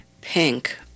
pink